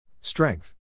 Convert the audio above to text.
Strength